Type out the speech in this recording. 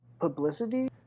publicity